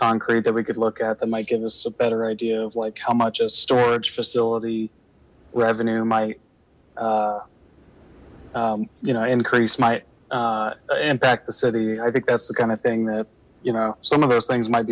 concrete that we could look at that might give us a better idea of like how much a storage facility wherever new my you know increase might impact the city i think that's the kind of thing that you know some of those things might